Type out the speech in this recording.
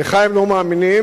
לך הם לא מאמינים,